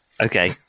Okay